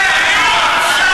גנאים.